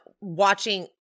watching